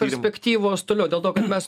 perspektyvos toliau dėl to kad mes